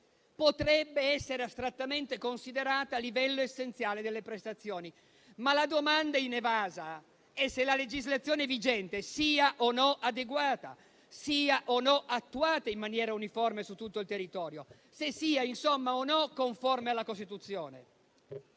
potrebbe essere astrattamente considerata livello essenziale delle prestazioni. Ma la domanda inevasa è se la legislazione vigente sia o meno adeguata e attuata in maniera uniforme su tutto il territorio; insomma, se sia o meno conforme alla Costituzione.